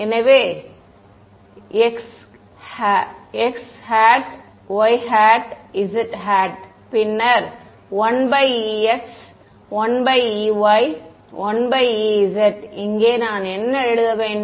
எனவே x y z பின்னர் 1ex 1ey 1ez இங்கே நான் என்ன எழுத வேண்டும்